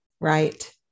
Right